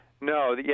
No